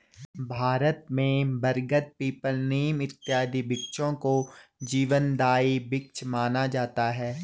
भारत में बरगद पीपल नीम इत्यादि वृक्षों को जीवनदायी वृक्ष माना जाता है